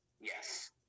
Yes